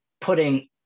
Putting